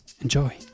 Enjoy